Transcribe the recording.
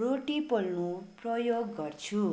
रोटी पोल्नु प्रयोग गर्छु